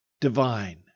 divine